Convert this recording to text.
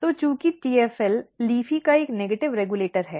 तो चूंकि TFL LEAFY का एक नकारात्मक रेगुलेटर है